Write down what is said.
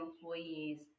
employees